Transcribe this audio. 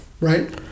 right